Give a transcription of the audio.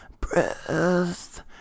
Breath